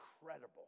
incredible